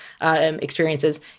experiences